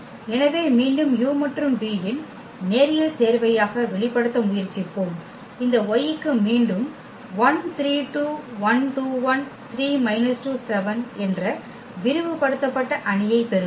எனவே மீண்டும் u மற்றும் v இன் நேரியல் சேர்வையாக வெளிப்படுத்த முயற்சிப்போம் இந்த y க்கு மீண்டும் இந்த என்ற விரிவுபடுத்தப்பட்ட அணியைப் பெறுவோம்